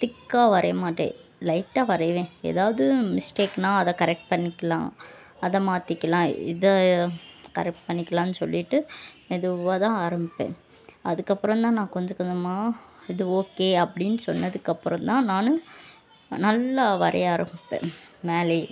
திக்காக வரைய மாட்டேன் லைட்டாக வரைவேன் எதாவது மிஸ்டேக்னா அதை கரெக்ட் பண்ணிக்கலாம் அதை மாற்றிக்கலாம் இதை கரெக்ட் பண்ணிக்கலாம்னு சொல்லிவிட்டு மெதுவாதான் ஆரம்பிப்பேன் அதுக்கப்புறம் தான் நான் கொஞ்சம் கொஞ்சமாக இது ஓகே அப்படி சொன்னதுக்கு அப்புறம் தான் நான் நல்லா வரைய ஆரம்மிப்பேன் மேலேயே